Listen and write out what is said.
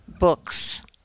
books